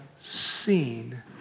seen